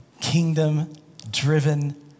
kingdom-driven